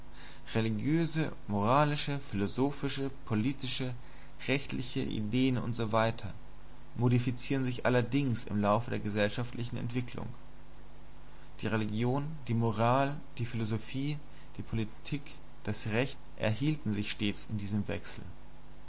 religiöse moralische philosophische politische rechtliche ideen usw modifizieren sich allerdings im lauf der geschichtlichen entwicklung die religion die moral die philosophie die politik das recht erhielten sich stets in diesem wechsel